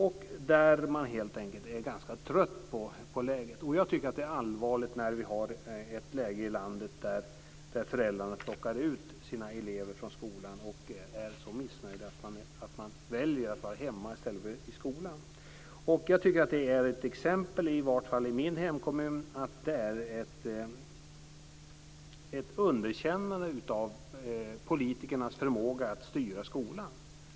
Man är helt enkelt ganska trött på läget. Jag tycker att det är allvarligt när vi har ett läge i landet där föräldrarna plockar ut sina elever från skolan och eleverna är så missnöjda att de väljer att vara hemma i stället för i skolan. Jag tycker att det är ett exempel, i vart fall i min hemkommun, på ett underkännande av politikernas förmåga att styra skolan.